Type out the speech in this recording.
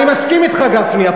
אני מסכים אתך, גפני.